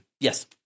Yes